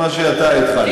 -- את מה שאתה התחלת.